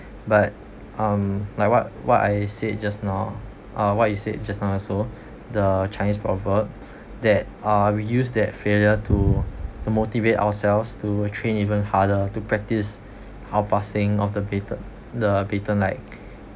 but um like what what I said just now uh what you said just now also the chinese proverb that uh we use that failure to to motivate ourselves to train even harder to practice our passing of the baton the baton like